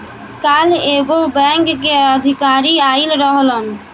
काल्ह एगो बैंक के अधिकारी आइल रहलन